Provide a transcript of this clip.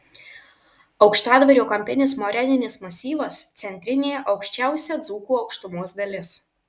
aukštadvario kampinis moreninis masyvas centrinė aukščiausia dzūkų aukštumos dalis